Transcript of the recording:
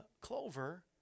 Clover